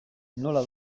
nola